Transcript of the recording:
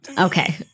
Okay